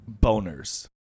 boners